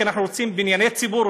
כי אנחנו רוצים בנייני ציבור,